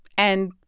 and,